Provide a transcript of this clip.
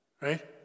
right